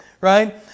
right